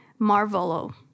Marvolo